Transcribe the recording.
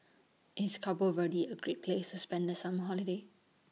IS Cabo Verde A Great Place spend The Summer Holiday